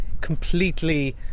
completely